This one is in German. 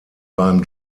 beim